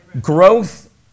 Growth